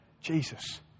Jesus